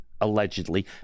allegedly